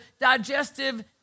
digestive